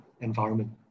environment